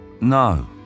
No